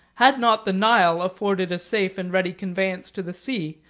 had not the nile afforded a safe and ready conveyance to the sea,